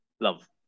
love